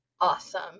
awesome